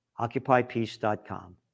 Occupypeace.com